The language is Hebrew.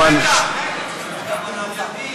אני הצבעתי, אבל, אתה הצבעת.